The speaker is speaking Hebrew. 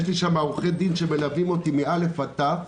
לי שם עורכי דין שמלווים אותי מאל"ף ועד ת"ו